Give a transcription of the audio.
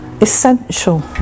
essential